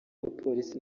abapolisi